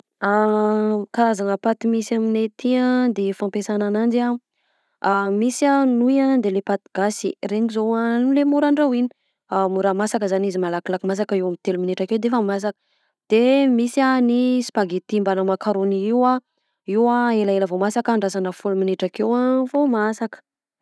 Karazagna paty misy aminay aty a de fampiasana ananjy a: misy a nouille a de le paty gasy, regny zao a no le mora andrahoina mora masaka zany izy, malakilaky masaka eo amin'ny telo minitra akeo de efa masaka; de misy a ny spaghetti mbanà macaroni io a, io a elaela vao masaka, andrasana folo minitra akeo a vao masaka.